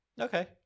Okay